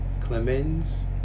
Clemens